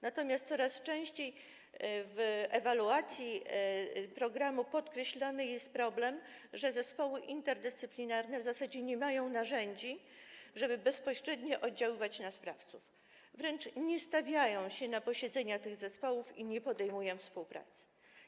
Natomiast coraz częściej w ewaluacji programu podkreślany jest problem, że zespoły interdyscyplinarne w zasadzie nie mają narzędzi, żeby bezpośrednio oddziaływać na sprawców, którzy nie stawiają się na posiedzenia tych zespołów i nie podejmują współpracy.